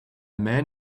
man